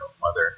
mother